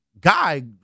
guy